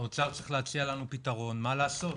האוצר צריך להציע לנו פתרון מה לעשות.